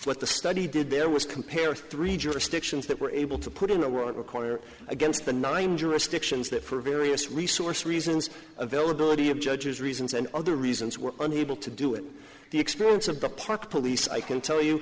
what the study did there was compare three jurisdictions that were able to put in a world record against the nine jurisdictions that for various resource reasons availability of judges reasons and other reasons were unable to do it the experience of the park police i can tell you